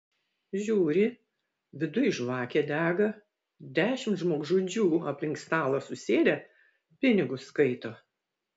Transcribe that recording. žiūri viduj žvakė dega dešimt žmogžudžių aplink stalą susėdę pinigus skaito